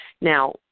Now